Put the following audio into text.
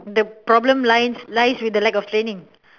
the problem lies lies with the lack of training